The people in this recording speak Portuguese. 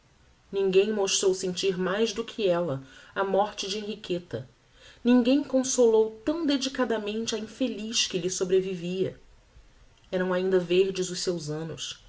ninguém mostrou sentir mais do que ella a morte de henriqueta ninguém consolou tão dedicadamente a infeliz que lhe sobrevivia eram ainda verdes os seus annos